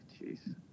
Jeez